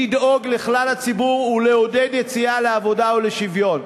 לדאוג לכלל הציבור ולעודד יציאה לעבודה ולשוויון.